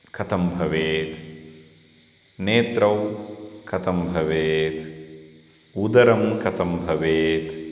कथं भवेत् नेत्रौ कथं भवेत् उदरं कथं भवेत्